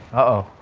oh,